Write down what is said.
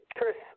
Chris